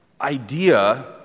idea